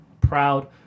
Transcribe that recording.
proud